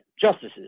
justices